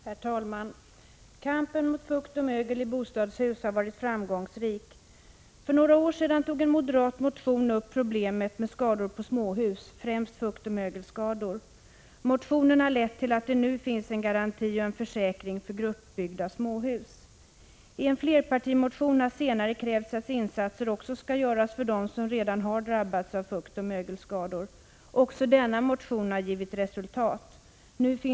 Herr talman! Kampen mot fukt och mögel i bostadshus har varit framgångsrik. För några år sedan tog en moderat motion upp problemet med skador på småhus, främst fuktoch mögelskador. Motionen har lett till att det nu finns en garanti och en försäkring för gruppbyggda småhus. Ien flerpartimotion har senare krävts att insatser också skall göras för dem som redan har drabbats av fuktoch mögelskador. Också denna motion har givit resultat.